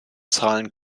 zahlen